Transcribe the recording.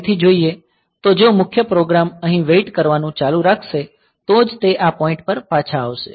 ફરીથી જોઈએ તો જો મુખ્ય પ્રોગ્રામ અહીં વેઇટ કરવાનું ચાલુ રાખશે તો જ તે આ પોઈન્ટ પર પાછા આવશે